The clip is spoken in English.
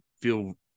feel